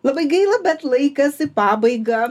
labai gaila bet laikas į pabaigą